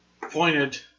pointed